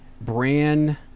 Brand